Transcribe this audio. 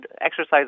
exercise